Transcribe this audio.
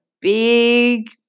big